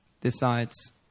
Decides